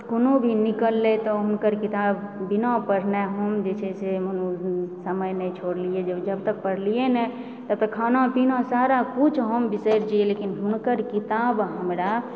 कोनो भी निकललइ तऽ हुनकर किताब बिना पढ़ने हम जे छै से मने जे छै से समय नहि छोड़लियै जब तक पढ़लियै ने तब तक खाना पीना सारा किछु हम बिसरि जाइए लेकिन हुनकर किताब हमरा